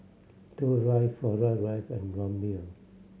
Toh Drive Flora Drive and Rumbia